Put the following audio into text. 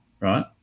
right